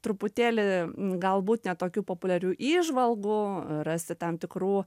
truputėlį galbūt ne tokių populiarių įžvalgų rasti tam tikrų